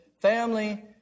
family